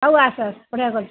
ହଉ ଆସ ଅପେକ୍ଷା କରିଛି